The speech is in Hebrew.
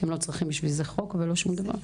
אתם לא צריכים בשביל זה חוק ולא שום דבר.